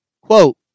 quote